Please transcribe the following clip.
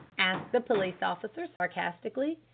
asked the police officer sarcastically.